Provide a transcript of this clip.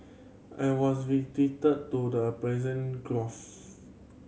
I was visited to the Gulf